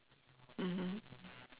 mmhmm